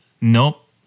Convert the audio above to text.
Nope